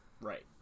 right